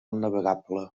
navegable